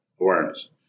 awareness